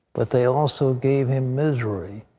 but they also gave him misery.